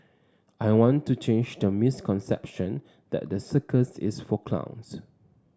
I want to change the misconception that the circus is for clowns